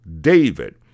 David